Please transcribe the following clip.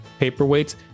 paperweights